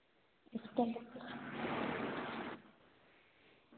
अस्तर